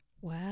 Wow